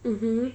mmhmm